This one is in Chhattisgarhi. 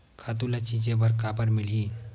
खातु ल छिंचे बर काबर मिलही?